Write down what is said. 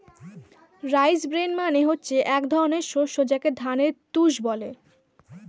rice bran মানে হচ্ছে এক ধরনের শস্য যাকে ধানের তুষ বলে